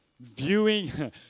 viewing